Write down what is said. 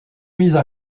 mises